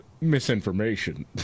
misinformation